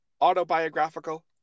autobiographical